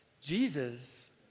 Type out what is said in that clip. Jesus